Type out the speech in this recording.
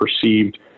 perceived